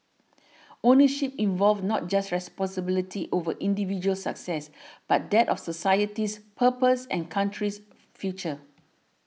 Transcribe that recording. ownership involved not just responsibility over individual success but that of society's purpose and country's future